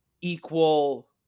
equal